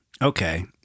Okay